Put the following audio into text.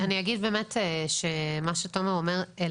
אני אגיד באמת שמה שתומר אומר,